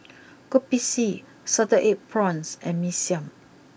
Kopi C Salted Egg Prawns and Mee Siam